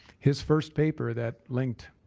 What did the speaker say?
his first paper that linked